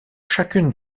chacune